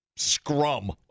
scrum